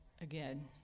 again